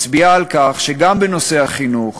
מצביעה על כך שגם בנושא החינוך